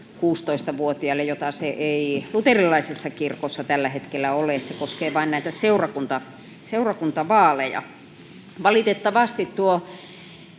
16-vuotiaille. Luterilaisessa kirkossa sitä ei tällä hetkellä ole, oikeus koskee vain seurakuntavaaleja. Valitettavasti tuo